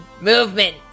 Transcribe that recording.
Movement